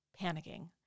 panicking